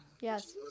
Yes